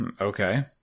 Okay